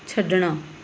ਛੱਡਣਾ